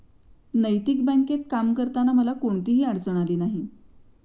नैतिक बँकेत काम करताना मला कोणतीही अडचण आली नाही